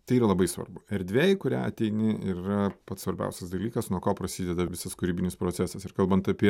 tai yra labai svarbu erdvė į kurią ateini ir yra pats svarbiausias dalykas nuo ko prasideda visas kūrybinis procesas ir kalbant apie